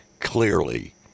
Clearly